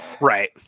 Right